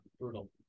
brutal